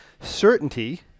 certainty